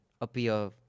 appear